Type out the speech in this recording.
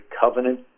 covenant